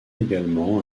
également